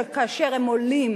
שכאשר הם עולים